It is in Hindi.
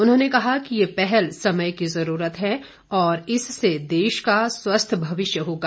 उन्होंने कहा कि ये पहल समय की जरूरत है और इससे देश का स्वस्थ भविष्य होगा